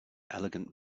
elegant